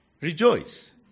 rejoice